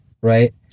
right